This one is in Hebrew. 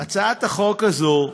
הצעת החוק הזו,